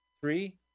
Three